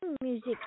music